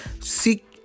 seek